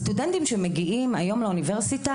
הסטודנטים שמגיעים היום לאוניברסיטה,